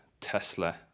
Tesla